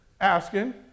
asking